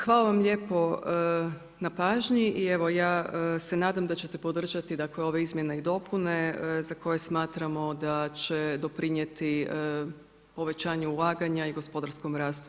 Hvala vam lijepo na pažnji i evo ja se nadam da ćete podržati dakle, ove izmjene i dopune za koje smatramo da će doprinijeti povećanju ulaganja i gospodarskom rastu RH.